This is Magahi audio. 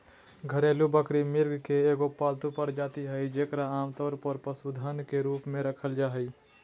घरेलू बकरी बकरी, मृग के एगो पालतू प्रजाति हइ जेकरा आमतौर पर पशुधन के रूप में रखल जा हइ